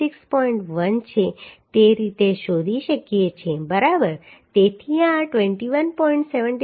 1 છે તે રીતે શોધી શકીએ છીએ બરાબર તેથી આ 21